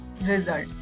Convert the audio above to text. result